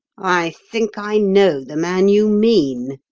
i think i know the man you mean,